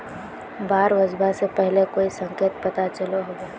बाढ़ ओसबा से पहले कोई संकेत पता चलो होबे?